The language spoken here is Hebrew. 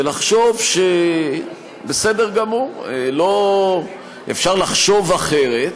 ולחשוב, בסדר גמור, אפשר לחשוב אחרת,